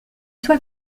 toi